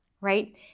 Right